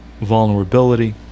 vulnerability